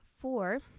four